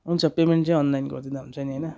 हुन्छ पेमेन्ट चाहिँ अनलाइन गरिदिँदा हुन्छ नि होइन